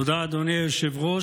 תודה, אדוני היושב-ראש.